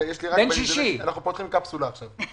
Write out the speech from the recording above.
אנחנו פותחים קפסולה עכשיו...